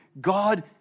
God